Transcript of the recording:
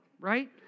right